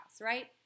right